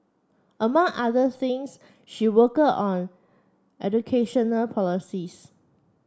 among other things she worked on educational policies